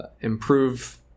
improve